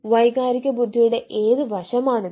വൈകാരിക ബുദ്ധിയുടെ ഏത് വശമാണ് ഇത്